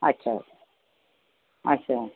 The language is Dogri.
अच्छा अच्छा